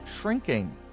shrinking